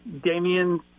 Damien